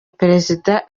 perezida